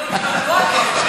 ולא לפנות בוקר.